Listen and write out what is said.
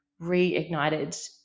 reignited